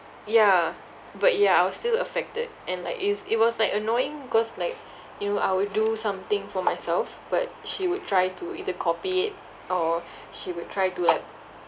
yeah but ya I was still affected and like it's it was like annoying cause like you know I would do something for myself but she would try to either copy it or she would try to like